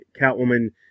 Catwoman